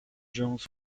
jones